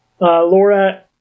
Laura